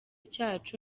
cyacu